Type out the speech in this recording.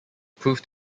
proved